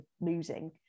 losing